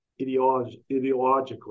ideologically